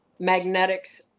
magnetics